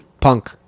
punk